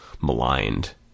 maligned